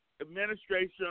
administration